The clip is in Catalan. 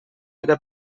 era